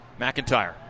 McIntyre